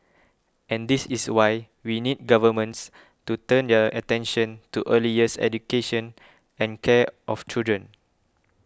and this is why we need governments to turn their attention to early years education and care of children